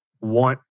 want